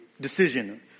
decision